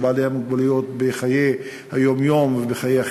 בעלי המוגבלויות בחיי היום-יום ובחיי החברה,